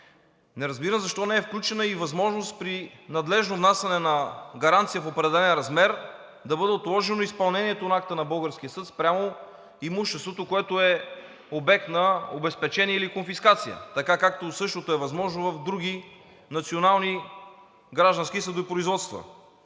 Не разбирам защо не е включена и възможност при надлежно внасяне на гаранция в определен размер да бъде отложено изпълнението на акта на българския съд спрямо имуществото, което е обект на обезпечение или конфискация, както същото е възможно в други национални граждански съдопроизводства.